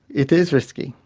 it is risky,